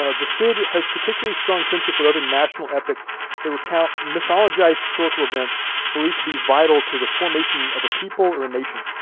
ah the cid has particularly strong kinship with other national epics that recount mythologized historical events believed to be vital to the formation of a people or a nation.